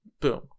Boom